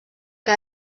que